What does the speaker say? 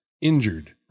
injured